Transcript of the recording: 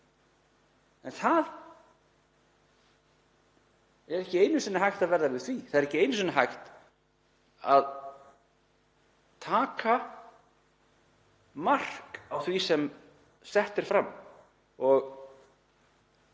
En það er ekki einu sinni hægt að verða við því. Það er ekki einu sinni hægt að taka mark á því sem sett er fram.